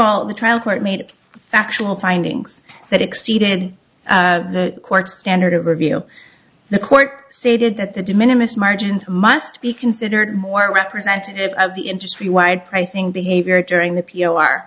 all the trial court made factual findings that exceeded the court's standard of review the court stated that the de minimus margins must be considered more representative of the industry wide pricing behavior during the p